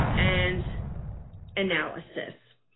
and analysis,